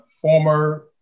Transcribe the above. former